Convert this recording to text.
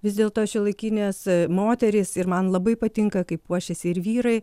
vis dėlto šiuolaikinės moterys ir man labai patinka kaip puošėsi ir vyrai